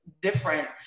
different